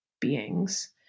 beings